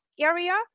area